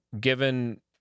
given